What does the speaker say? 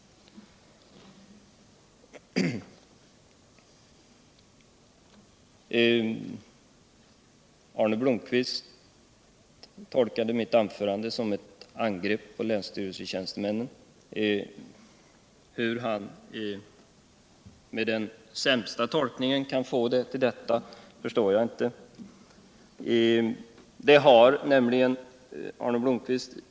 Arne Blomkvist tolkade mitt anförande som ett angrepp på länsstyrelsetjänstemännen. Hur han även med sämsta tänkbara tolkning av vad jag sagt kan få det till detta förstår jag inte. Det har nämligen, Arne Blomkvist.